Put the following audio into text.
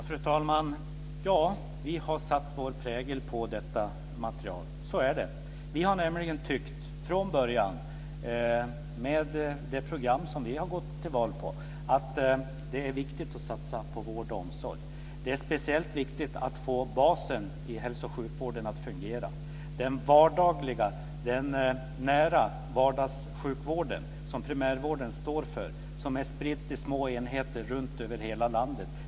Fru talman! Ja, vi har satt vår prägel på detta material. Så är det. Vi har nämligen från början tyckt, med det program som vi har gått till val på, att det är viktigt att satsa på vård och omsorg. Det är speciellt viktigt att få basen i hälso och sjukvården att fungera. Det är viktigt för Centerpartiet att satsa på den vardagliga och nära vardagssjukvården som primärvården står för och som är spridd till små enheter runt hela landet.